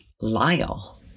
Lyle